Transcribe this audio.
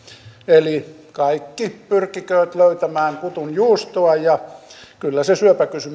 eli kaikki pyrkikööt löytämään kutunjuustoa ja kyllä se